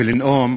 ולנאום,